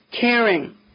Caring